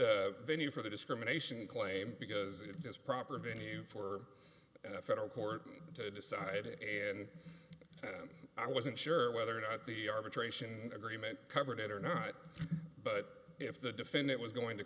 e venue for the discrimination claim because it is proper venue for a federal court to decide it and i wasn't sure whether or not the arbitration agreement covered it or not but if the defendant was going to